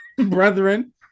brethren